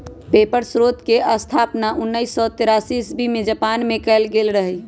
paper स्रोतके स्थापना उनइस सौ तेरासी इस्बी में जापान मे कएल गेल रहइ